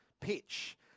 pitch